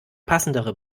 passendere